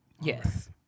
yes